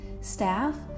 staff